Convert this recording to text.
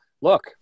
look